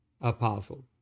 apostle